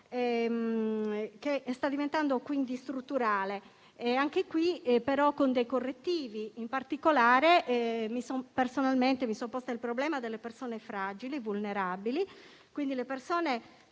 che sta diventando quindi strutturale, anche in questo caso però con dei correttivi. In particolare, personalmente mi sono posta il problema delle persone fragili e vulnerabili, quindi delle persone